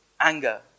anger